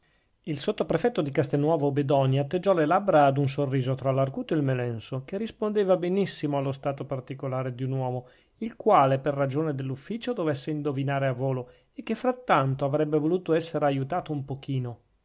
il sottoprefetto di castelnuovo bedonia atteggiò le labbra ad un sorriso tra l'arguto e il melenso che rispondeva benissimo allo stato particolare di un uomo il quale per ragione dell'ufficio dovesse indovinare a volo e che frattanto avrebbe voluto essere aiutato un pochino